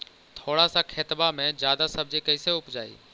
थोड़ा सा खेतबा में जादा सब्ज़ी कैसे उपजाई?